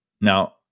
Now